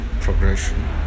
progression